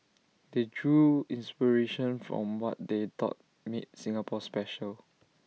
they drew inspiration from what they thought made Singapore special